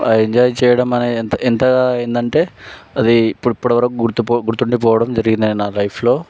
ఆ ఎంజాయ్ చేయడం అనేది ఎంత ఎంత అయ్యింది అంటే అది ఇప్పటి ఇప్పటివరకు గుర్తుండిపోవడం జరిగింది నా లైఫ్లో